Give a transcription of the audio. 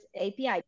api